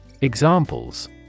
Examples